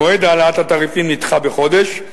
מועד העלאת התעריפים נדחה בחודש,